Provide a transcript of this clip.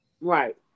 Right